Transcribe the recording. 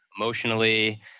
emotionally